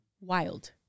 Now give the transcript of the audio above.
Wild